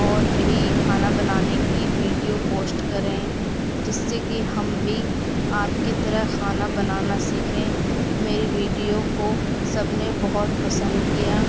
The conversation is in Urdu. اور بھی کھانا بنانے کی ویڈیو پوسٹ کریں جس سے کہ ہم بھی آپ کی طرح کھانا بنانا سیکھیں میری ویڈیو کو سب نے بہت پسند کیا